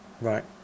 Right